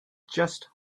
just